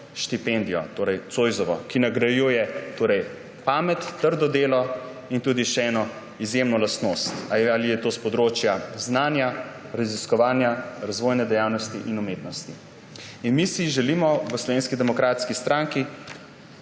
štipendijo, torej Zoisovo, ki nagrajuje pamet, trdo delo in tudi še eno izjemno lastnost, ali je to s področja znanja, raziskovanja, razvojne dejavnosti ali umetnosti. Mi v Slovenski demokratski stranki